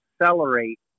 accelerate